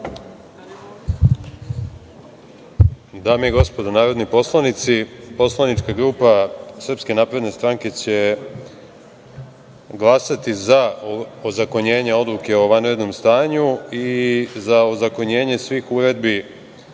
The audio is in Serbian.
Dame i gospodo narodni poslanici, Poslanička grupa Srpske napredne stranke će glasati za ozakonjenje Odluke o vanrednom stanju i za ozakonjenje svih uredbi